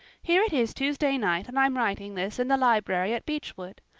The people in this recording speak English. here it is tuesday night and i'm writing this in the library at beechwood.